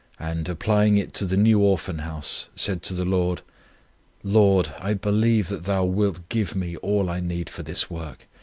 and, applying it to the new orphan-house, said to the lord lord i believe that thou wilt give me all i need for this work.